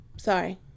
Sorry